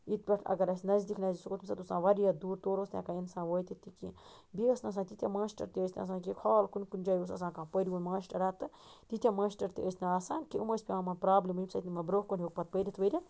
یِتھ پٲٹھۍ اگر اَسہِ نزدیٖک نزدیٖک سکوٗل تَمہِ ساتن اوس آسان وارِیاہ دوٗر تور اوس نہٕ ہیٚکان اِنسان وٲتِتھ تہِ کیٚنٛہہ بیٚیہِ اوس نہٕ آسان تیٖتیاہ ماشٹر تہِ ٲسۍ نہٕ آسان کیٛنٛہہ خال کُنہِ کُنہِ جایہِ اوس آسان کانٛہہ پٔرِوُن ماشٹرا تہٕ تیٖتیاہ ماشٹر تہِ ٲسۍ نہٕ آسان کیٚنٛہہ أم ٲسۍ پیٚوان پرٛابلِم ییٚمہِ سۭتۍ أمن برٛونٛہہ کُن ہیوٚک پٔرِتھ ؤرِتھ